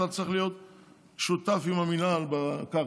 אתה צריך להיות שותף עם המינהל בקרקע,